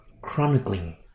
chronicling